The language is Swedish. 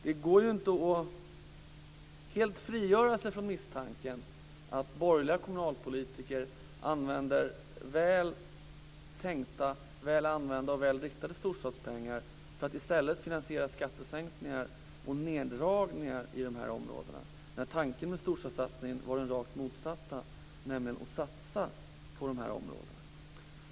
Det går inte att helt frigöra sig från misstanken att borgerliga kommunalpolitiker nyttjar väl tänkta, väl använda och väl riktade storstadspengar för att i stället finansiera skattesänkningar och neddragningar i de aktuella områdena. Tanken med storstadssatsningen var ju den rakt motsatta: att satsa på de här områdena.